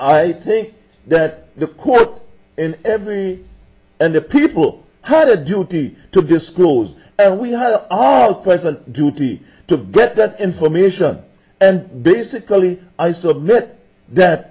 i think that the court in every and the people had a duty to disclose and we had our present duty to get that information and basically i submit that